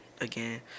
again